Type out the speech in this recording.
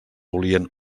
volien